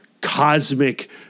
cosmic